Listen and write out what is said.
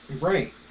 Right